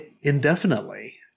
indefinitely